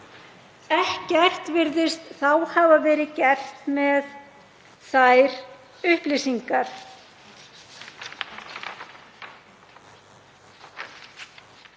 ekkert virðist hafa verið gert með þær upplýsingar.